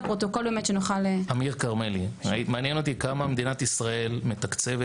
מעניין אותי כמה מדינת ישראל מתקצבת